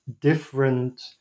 different